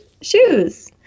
shoes